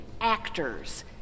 actors